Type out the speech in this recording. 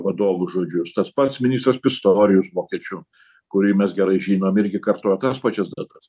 vadovų žodžius tas pats ministras pistorijus vokiečių kurį mes gerai žinom irgi kartoja tas pačias datas